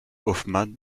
hoffmann